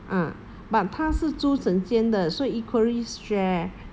ah but 她是租整间的所以 equally share